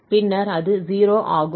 பின்னர் அது 0 ஆகும்